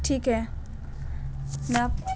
ٹھیک ہے میں آپ